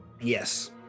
Yes